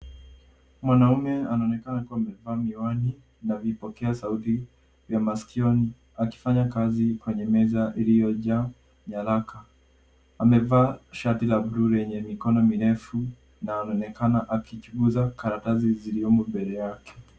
Mwanaume anaonekana akiwa amevaa miwani na vipoeka sauti vya masikioni, akifanya kazi kwenye meza iliyojaa nyaraka. Amevaa shati la blue lenye mikono mirefu na anaonekana akichunguza karatasi ziliomo mbele yake.